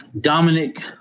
Dominic